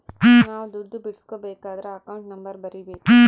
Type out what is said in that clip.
ನಾವ್ ದುಡ್ಡು ಬಿಡ್ಸ್ಕೊಬೇಕದ್ರ ಅಕೌಂಟ್ ನಂಬರ್ ಬರೀಬೇಕು